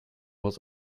was